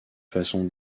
façon